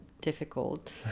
difficult